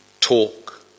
talk